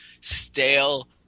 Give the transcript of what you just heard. stale